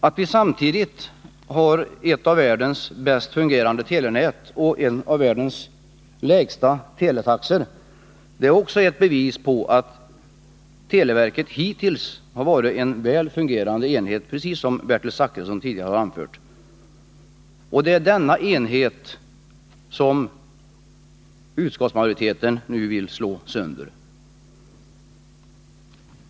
Att vi samtidigt har ett av världens bäst fungerande telenät och en av världens lägsta teletaxor är också ett bevis på att televerket hittills har varit en väl fungerande enhet, precis som Bertil Zachrisson tidigare anfört. Det är denna enhet som utskottsmajoriteten nu vill slå sönder.